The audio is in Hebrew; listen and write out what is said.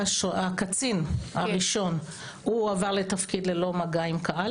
הקצין הראשון הועבר לתפקיד ללא מגע עם קהל